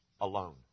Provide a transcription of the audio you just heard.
alone